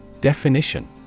Definition